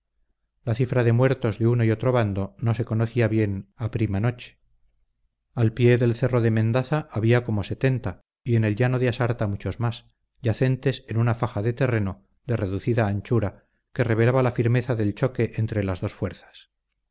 la cifra de muertos de uno y otro bando no se conocía bien a prima noche al pie del cerro de mendaza había como sesenta y en el llano de asarta muchos más yacentes en una faja de terreno de reducida anchura que revelaba la firmeza del choque entre las dos fuerzas